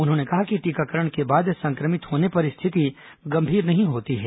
उन्होंने कहा कि टीकाकरण के बाद संक्रमित होने पर स्थिति गंभीर नहीं होती है